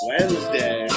Wednesday